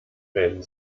wenn